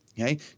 Okay